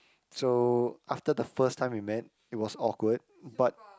so after the first time we met it was awkward but